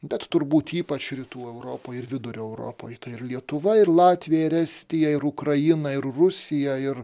bet turbūt ypač rytų europoj ir vidurio europoj tai ir lietuva ir latvija ir estija ir ukraina ir rusija ir